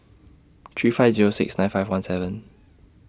three five Zero six nine five one seven